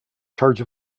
charge